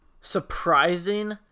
Surprising